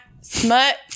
smut